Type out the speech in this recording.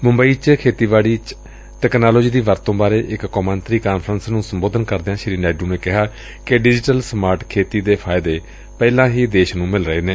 ਮੁੰਬਈ ਚ ਖੇਤੀਬਾੜੀ ਵਿਚ ਤਕਨਾਲੋਜੀ ਦੀ ਵਰਤੋਂ ਬਾਰੇ ਇਕ ਕੌਮਾਂਤਰੀ ਕਾਨਫਰੰਸ ਨੂੰ ਸੰਬੋਧਨ ਕਰਦਿਆਂ ਸ੍ਰੀ ਨਾਇਡੁ ਨੇ ਕਿਹਾ ਕਿ ਡਿਜੀਟਲ ਸਮਾਰਟ ਖੇਤੀ ਦੇ ਫਾਇਦੇ ਪਹਿਲਾਂ ਹੀ ਦੇਸ਼ ਨੂੰ ਮਿਲ ਰਹੇ ਨੇ